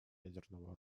ядерного